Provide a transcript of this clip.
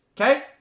okay